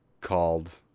called